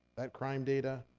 that crime data